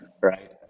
right